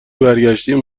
برگشتیم